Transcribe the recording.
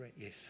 Yes